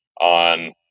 on